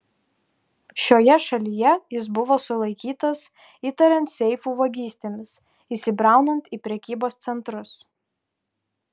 šioje šalyje jis buvo sulaikytas įtariant seifų vagystėmis įsibraunant į prekybos centrus